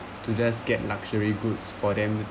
to just get luxury goods for them